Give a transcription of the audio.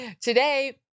Today